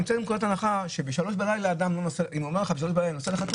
אני יוצא מנקודת הנחה שאם הוא אומר לך ב-03:00 בלילה אני נוסע לחתונה,